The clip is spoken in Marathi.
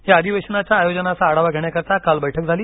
या अधिवेशानाच्या आयोजनाचा आढावा घेण्याकरिता काल बैठक झाली